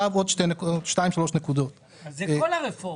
אז זה כל הרפורמה.